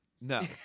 No